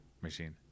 machine